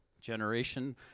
generation